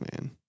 man